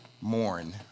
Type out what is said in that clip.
mourn